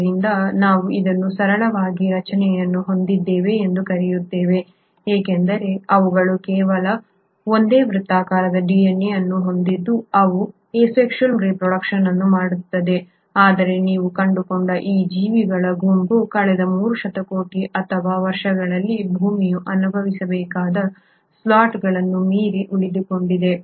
ಆದ್ದರಿಂದ ನಾವು ಅದನ್ನು ಸರಳವಾದ ರಚನೆಯನ್ನು ಹೊಂದಿದ್ದೇವೆ ಎಂದು ಕರೆಯುತ್ತೇವೆ ಏಕೆಂದರೆ ಅವುಗಳು ಕೇವಲ ಒಂದೇ ವೃತ್ತಾಕಾರದ DNA ಅನ್ನು ಹೊಂದಿದ್ದು ಅವು ಅಸೆಕ್ಷುಯಲ್ ರೆಪ್ರೊಡ್ಯೂಕ್ಷನ್ ಅನ್ನು ಮಾಡುತ್ತವೆ ಆದರೆ ನೀವು ಕಂಡುಕೊಂಡ ಈ ಜೀವಿಗಳ ಗುಂಪು ಕಳೆದ 3 ಶತಕೋಟಿ ಅಥವಾ ವರ್ಷಗಳಲ್ಲಿ ಭೂಮಿಯು ಅನುಭವಿಸಬೇಕಾದ ಸ್ಲಾಟ್ಗಳನ್ನು ಮೀರಿ ಉಳಿದುಕೊಂಡಿದೆ